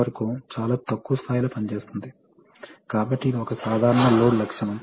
hydraulic controls లో కంటే pneumatic control లో చాలా అవసరం